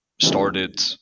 started